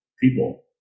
people